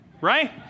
Right